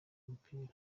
umupira